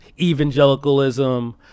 evangelicalism